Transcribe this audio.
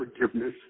forgiveness